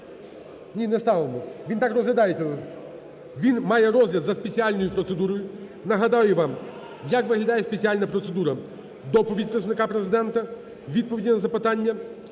Ні, не ставимо. Він так розглядається. Він має розгляд за спеціальною процедурою. Нагадаю вам, як виглядає спеціальна процедура: доповідь Представника Президента – відповіді на запитання,